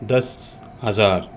دس ہزار